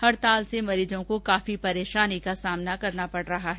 हडताल से मरीजों को काफी परेशानी का सामना करना पड रहा है